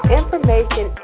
information